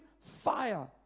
fire